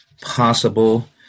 possible